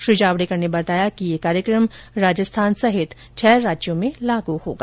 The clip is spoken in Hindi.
श्री जावडेकर ने बताया कि यह कार्यक्रम राजस्थान संहित छह राज्यों में लागू होगा